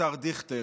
השר דיכטר,